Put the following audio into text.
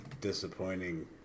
disappointing